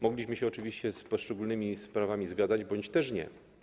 Mogliśmy się oczywiście z poszczególnymi sprawami zgadzać bądź też nie.